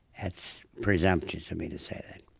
that's presumptuous of me to say that